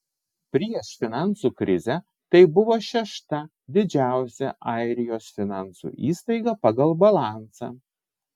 prieš finansų krizę tai buvo šešta didžiausia airijos finansų įstaiga pagal balansą